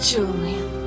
Julian